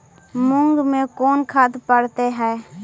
मुंग मे कोन खाद पड़तै है?